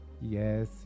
yes